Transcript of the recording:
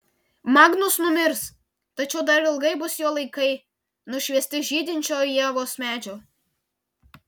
magnus numirs tačiau dar ilgai bus jo laikai nušviesti žydinčio ievos medžio